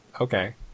okay